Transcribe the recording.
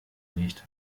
nicht